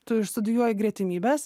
tu išstudijuoji gretimybes